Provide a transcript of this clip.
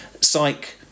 psych